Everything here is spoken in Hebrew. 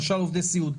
למשל עובדי סיעוד.